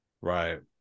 right